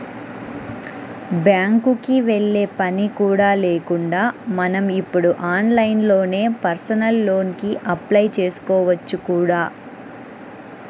బ్యాంకుకి వెళ్ళే పని కూడా లేకుండా మనం ఇప్పుడు ఆన్లైన్లోనే పర్సనల్ లోన్ కి అప్లై చేసుకోవచ్చు కూడా